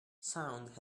sound